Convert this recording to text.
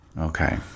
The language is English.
okay